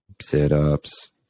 sit-ups